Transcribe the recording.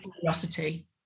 curiosity